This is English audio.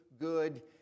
good